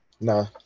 Nah